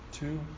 Two